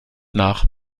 nach